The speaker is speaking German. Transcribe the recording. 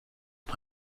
und